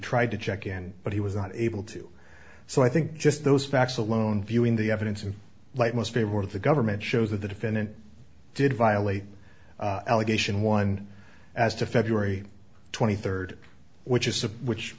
tried to check in but he was not able to so i think just those facts alone viewing the evidence and like most favor of the government shows that the defendant did violate allegation one as to february twenty third which is a which